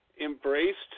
embraced